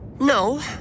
No